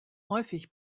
häufig